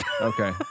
Okay